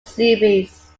series